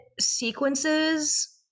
sequences